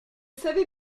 savez